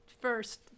first